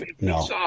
No